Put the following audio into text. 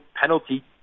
penalty